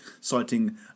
citing